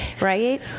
right